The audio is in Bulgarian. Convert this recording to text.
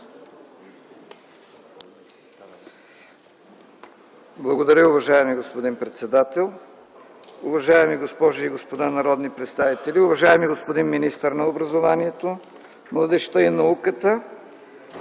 Благодаря, уважаеми господин председател. Уважаеми госпожи и господа народни представители, уважаеми господин министър на образованието, младежта и науката!